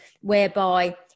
whereby